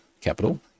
capital